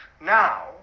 now